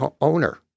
owner